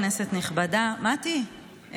כנסת נכבדה, אני